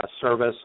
service